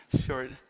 short